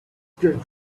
get